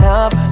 up